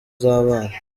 z’abana